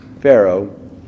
Pharaoh